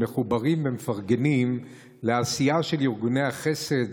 מחוברים ומפרגנים לעשייה של ארגוני החסד